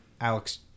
Alex